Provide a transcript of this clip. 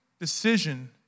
Decision